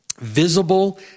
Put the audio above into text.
visible